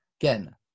Again